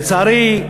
לצערי,